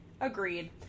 Agreed